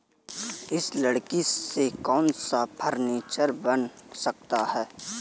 इस लकड़ी से कौन सा फर्नीचर बन सकता है?